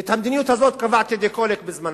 ואת המדיניות הזאת קבע טדי קולק בזמנו.